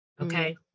okay